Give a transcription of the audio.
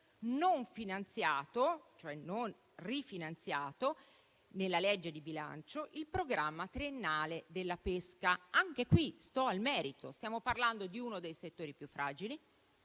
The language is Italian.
lei ha anche non rifinanziato nella legge di bilancio il Programma triennale della pesca. Anche qui sto al merito: stiamo parlando di uno dei settori più fragili,